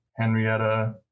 Henrietta